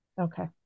Okay